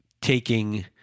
taking